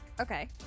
Okay